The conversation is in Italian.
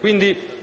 2014.